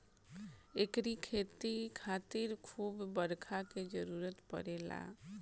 एकरी खेती खातिर खूब बरखा के जरुरत पड़ेला